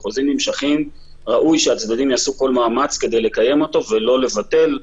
בחוזים נמשכים ראוי שהצדדים יעשו כל מאמץ כדי לקיים אותם ולא לבטל,